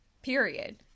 Period